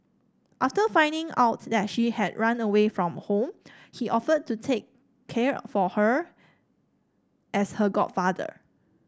after finding out that she had run away from home he offered to take care for her as her godfather